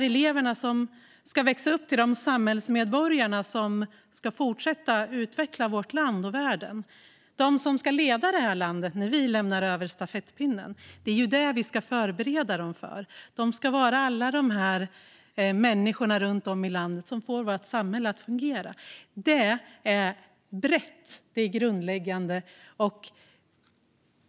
Eleverna ska växa upp till samhällsmedborgare som ska fortsätta utveckla vårt land och världen. De ska leda landet när vi lämnar över stafettpinnen. Det är det vi ska förbereda dem för. De ska vara alla de människor runt om i landet som får vårt samhälle att fungera. Det är brett. Det är grundläggande.